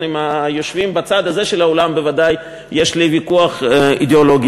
עם היושבים בצד הזה של האולם בוודאי יש לי ויכוח אידיאולוגי.